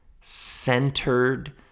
centered